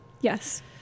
Yes